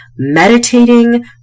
meditating